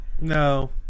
No